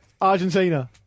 Argentina